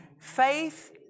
faith